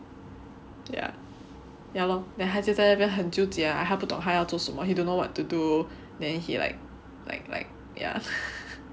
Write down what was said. ya ya lor then 他就在那边很纠结 ah 他不懂他要做什么 he don't know what to do then he like